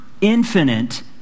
infinite